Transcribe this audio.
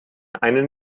einen